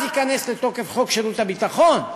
אז ייכנס לתוקף חוק שירות ביטחון,